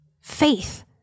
faith